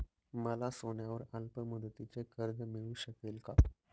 मला सोन्यावर अल्पमुदतीचे कर्ज मिळू शकेल का?